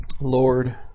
Lord